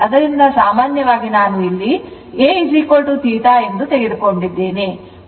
ಅದರಿಂದ ಸಾಮಾನ್ಯವಾಗಿ ಇಲ್ಲಿ ನಾನು Atheta ಎಂದು ತೆಗೆದುಕೊಂಡಿದ್ದೇನೆ